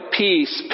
peace